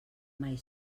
mai